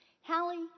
Hallie